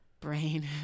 Brain